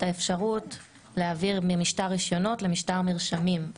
האפשרות להעביר ממשטר רישיונות למשטר מרשמים.